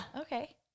Okay